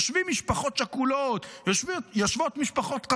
יושבות משפחות שכולות,